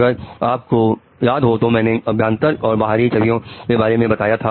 अगर आपको याद हो तो मैंने अभ्यांतर और बाहर छवियों के बारे में बताया था